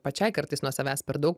pačiai kartais nuo savęs per daug